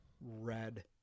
red